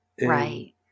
right